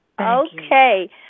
Okay